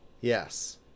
Yes